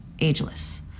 ageless